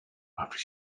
after